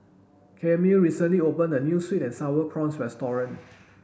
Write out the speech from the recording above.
Camille recently opened a new sweet and sour prawns restaurant